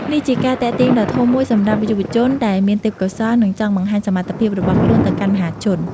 នេះជាការទាក់ទាញដ៏ធំមួយសម្រាប់យុវជនដែលមានទេពកោសល្យ និងចង់បង្ហាញសមត្ថភាពរបស់ខ្លួនទៅកាន់មហាជន។